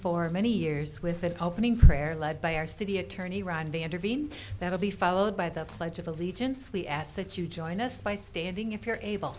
for many years with an opening prayer led by our city attorney randy intervene that will be followed by the pledge of allegiance we ask that you join us by standing if you're able